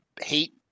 hate